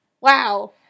Wow